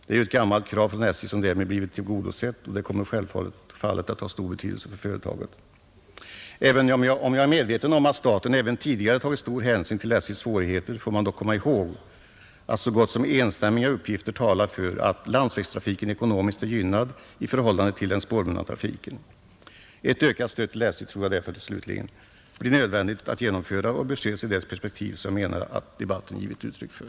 Det är ju ett gammalt krav från SJ som därmed blivit tillgodosett, och det kommer självfallet att ha betydelse. Även om jag är medveten om att staten också tidigare har tagit stor hänsyn till SJ:s svårigheter får man dock komma ihåg att så gott som enstämmiga uppgifter talar för att landsvägstrafiken är ekonomiskt gynnad i förhållande till den spårbundna trafiken. Ett ökat stöd till SJ tror jag därför slutligen blir nödvändigt att genomföra, och det bör ses i det perspektiv som jag menar att debatten har givit uttryck för.